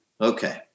Okay